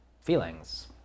feelings